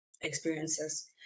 experiences